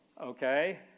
Okay